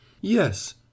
Yes